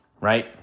right